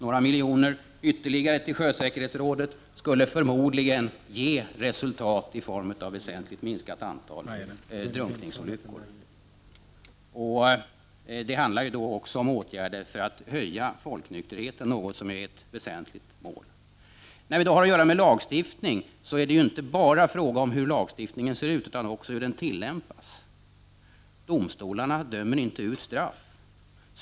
Några miljoner ytterligare till sjösäkerhetsrådet skulle förmodligen ge resultat i form av ett väsentligt minskat antal drunkningsolyckor. Det handlar också om åtgärder för att höja folknykterheten — något som är ett viktigt mål. När vi har att göra med lagstiftning är det inte bara fråga om hur den ser ut, utan också om hur den tillämpas. Domstolarna dömer inte ut straff.